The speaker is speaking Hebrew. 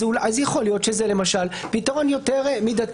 יכול להיות שזה פתרון יותר מידתי.